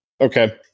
Okay